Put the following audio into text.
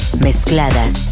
mezcladas